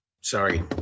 sorry